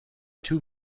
two